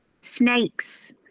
snakes